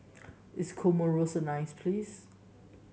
is Comoros a nice place